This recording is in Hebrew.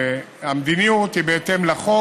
והמדיניות היא בהתאם לחוק.